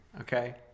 okay